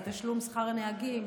לתשלום שכר הנהגים,